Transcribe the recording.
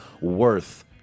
worth